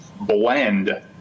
blend